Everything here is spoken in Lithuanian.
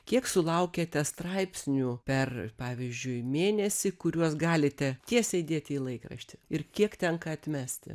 kiek sulaukiate straipsnių per pavyzdžiui mėnesį kuriuos galite tiesiai dėti į laikraštį ir kiek tenka atmesti